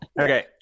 Okay